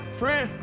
friend